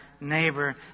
neighbor